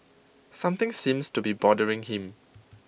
something seems to be bothering him